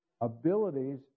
abilities